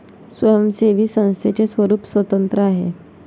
स्वयंसेवी संस्थेचे स्वरूप स्वतंत्र आहे